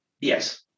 Yes